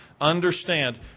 Understand